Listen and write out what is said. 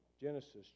Genesis